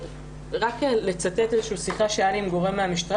אני רוצה לצטט שיחה שהיתה לי עם גורם מהמשטרה